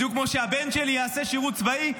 בדיוק כמו שהבן שלי יעשה שירות צבאי,